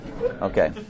Okay